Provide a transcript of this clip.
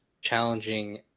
challenging